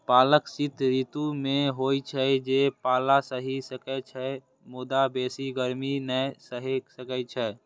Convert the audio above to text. पालक शीत ऋतु मे होइ छै, जे पाला सहि सकै छै, मुदा बेसी गर्मी नै सहि सकै छै